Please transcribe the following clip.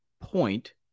point